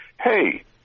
hey